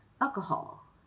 alcohol